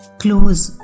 close